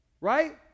Right